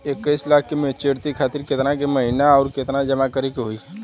इक्कीस लाख के मचुरिती खातिर केतना के महीना आउरकेतना दिन जमा करे के होई?